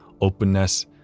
openness